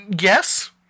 Yes